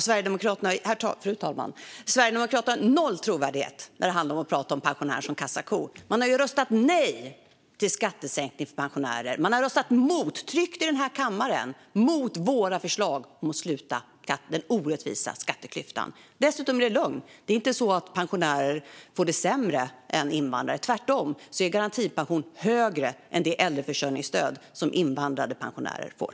Fru talman! Sverigedemokraterna har noll trovärdighet när de talar om pensionärer som kassakor. De har ju röstat nej till skattesänkning för pensionärer. De har här i kammaren tryckt på knappen för att rösta mot våra förslag om att sluta den orättvisa skatteklyftan. Dessutom är det lögn. Pensionärer får det inte sämre än invandrare. Garantipensionen är tvärtom högre än det äldreförsörjningsstöd som invandrade pensionärer får.